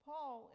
Paul